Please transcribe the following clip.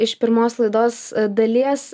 iš pirmos laidos dalies